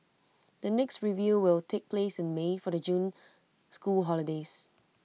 the next review will take place in may for the June school holidays